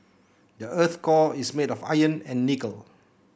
the earth's core is made of iron and nickel